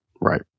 Right